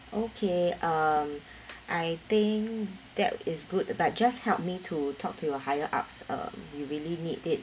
okay um I think that is good but just help me to talk to your higher-ups uh we really need it